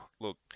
Look